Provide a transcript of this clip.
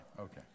Okay